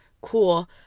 cool